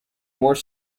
more